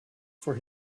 for